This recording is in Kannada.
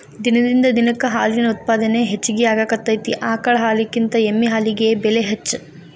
ದಿನದಿಂದ ದಿನಕ್ಕ ಹಾಲಿನ ಉತ್ಪಾದನೆ ಹೆಚಗಿ ಆಗಾಕತ್ತತಿ ಆಕಳ ಹಾಲಿನಕಿಂತ ಎಮ್ಮಿ ಹಾಲಿಗೆ ಬೆಲೆ ಹೆಚ್ಚ